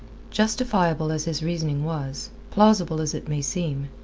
justifiable as his reasoning was, plausible as it may seem,